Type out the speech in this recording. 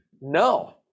No